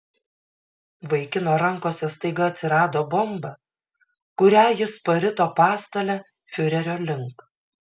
vaikino rankose staiga atsirado bomba kurią jis parito pastale fiurerio link